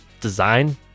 design